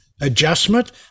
adjustment